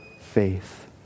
faith